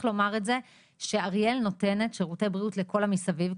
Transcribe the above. לומר את זה שאריאל נותנת שירותי בריאות לכל הערים מסביב,